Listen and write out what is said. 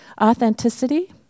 authenticity